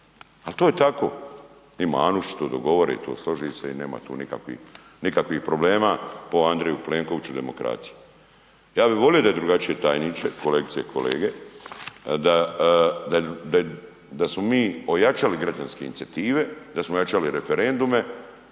ali to je tako. Ima Anušić to dogovore, to složi se i nema tu nikakvih problema po Andreju Plenkoviću demokracija. Ja bih volio da je drugačije tajniče, kolegice i kolege, da smo mi ojačali građanske inicijative, da smo ojačali referendume,